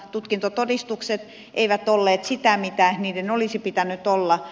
tutkintotodistukset eivät olleet sitä mitä niiden olisi pitänyt olla